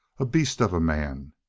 a beast of a man.